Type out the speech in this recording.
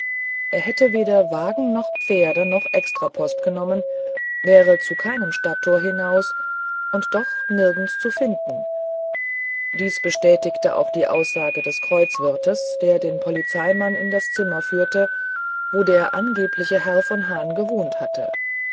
er hätte weder wagen noch pferde noch extrapost genommen wäre zu keinem stadttor hinaus und doch nirgends zu finden dies bestätigte auch die aussage des kreuzwirtes der den polizeimann in das zimmer führte wo der angebliche herr von hahn gewohnt hatte